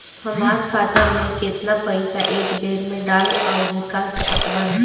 हमार खाता मे केतना पईसा एक बेर मे डाल आऊर निकाल सकत बानी?